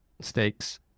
stakes